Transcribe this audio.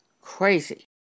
crazy